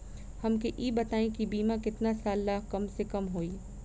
हमके ई बताई कि बीमा केतना साल ला कम से कम होई?